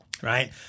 Right